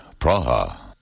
Praha